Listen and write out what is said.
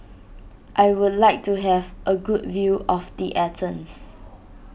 I would like to have a good view of the Athens